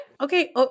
Okay